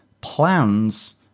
plans